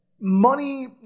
Money